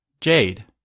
Jade